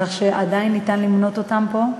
כך שעדיין אפשר למנות אותם פה.